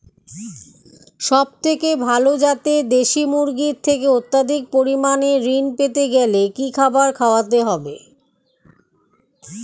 সবথেকে ভালো যাতে দেশি মুরগির থেকে অত্যাধিক পরিমাণে ঋণ পেতে গেলে কি খাবার খাওয়াতে হবে?